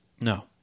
No